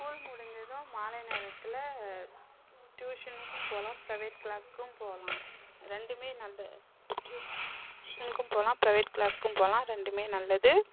school முடிஞ்சதும் மாலை நேரத்தில் டியூஷனுக்கும் போகலாம் ப்ரைவேட் க்ளாஸ்க்கும் போகலாம் ரெண்டுமே நல்ல டியூஷனுக்கும் போகலாம் ப்ரைவேட் க்ளாஸ்க்கும் போகலாம் ரெண்டுமே நல்லது